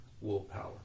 willpower